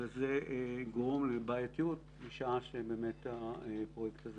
וזה יגרום לבעייתיות בשעה שהפרויקט הזה